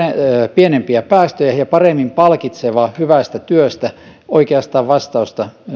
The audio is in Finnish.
pienempiä päästöjä ja paremmin palkitseva hyvästä työstä oikeastaan vastausta